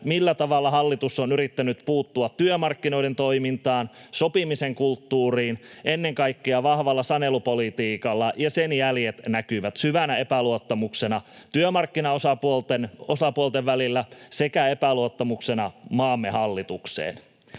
millä tavalla hallitus on yrittänyt puuttua työmarkkinoiden toimintaan, sopimisen kulttuuriin ennen kaikkea vahvalla sanelupolitiikalla, ja sen jäljet näkyvät syvänä epäluottamuksena työmarkkinaosapuolten välillä sekä epäluottamuksena maamme hallitukseen.